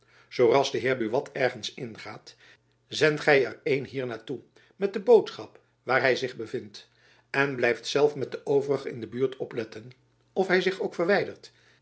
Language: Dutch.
zoo ras de heer buat ergens in gaat zendt gy er een hier naar toe met de boodschap waar hy zich bevindt en blijft zelf met de overigen in de buurt opletten of hy zich ook verwijdert